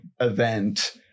event